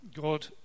God